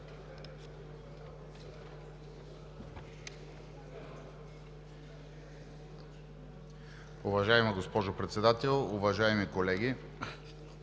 Уважаема госпожо Председател, уважаеми колеги!